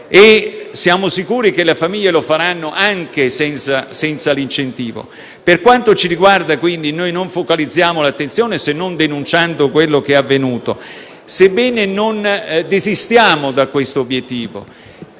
siamo sicuri che le famiglie lo faranno anche senza l'incentivo. Per quanto ci riguarda, quindi, non focalizziamo l'attenzione, se non denunciando quello che è avvenuto, sebbene non desistiamo da questo obiettivo.